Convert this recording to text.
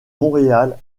montréal